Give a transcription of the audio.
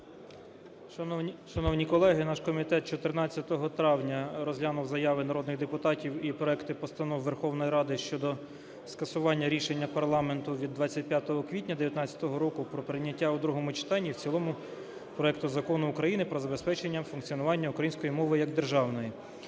Шановні колеги, наш комітет 14 травня розглянув заяви народних депутатів і проекти постанов Верховної Ради щодо скасування рішення парламенту від 25 квітня 19-го року про прийняття у другому читанні і в цілому проекту Закону України "Про забезпечення функціонування української мови як державної"